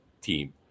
team